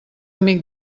amic